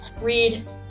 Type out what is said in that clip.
read